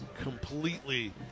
completely